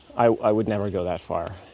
i would never go that far.